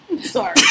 Sorry